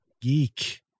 geek